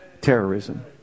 terrorism